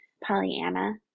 Pollyanna